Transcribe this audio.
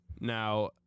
Now